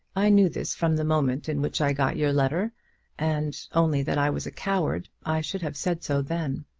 i knew this from the moment in which i got your letter and only that i was a coward i should have said so then.